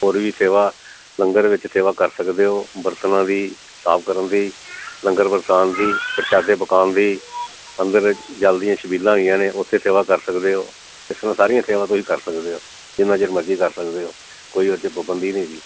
ਹੋਰ ਵੀ ਸੇਵਾ ਲੰਗਰ ਵਿੱਚ ਸੇਵਾ ਕਰ ਸਕਦੇ ਹੋ ਬਰਤਨਾਂ ਦੀ ਸਾਫ਼ ਕਰਨ ਦੀ ਲੰਗਰ ਵਰਤਾਉਣ ਦੀ ਪ੍ਰਸ਼ਾਦੇ ਪਕਾਉਣ ਦੀ ਅੰਦਰ ਜਲ ਦੀਆਂ ਛਬੀਲਾਂ ਹੈਗੀਆਂ ਨੇ ਉੱਥੇ ਸੇਵਾ ਕਰ ਸਕਦੇ ਹੋ ਇਸ ਤਰ੍ਹਾਂ ਸਾਰੀਆਂ ਸੇਵਾ ਤੁਸੀਂ ਕਰ ਸਕਦੇ ਹੋ ਜਿੰਨਾਂ ਚਿਰ ਮਰਜ਼ੀ ਕਰ ਸਕਦੇ ਹੋ ਕੋਈ ਉਹ 'ਚ ਪਾਬੰਦੀ ਨਹੀਂ ਜੀ